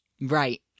Right